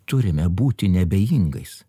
turime būti neabejingais